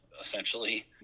essentially